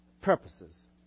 purposes